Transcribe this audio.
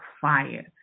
fire